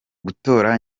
gutora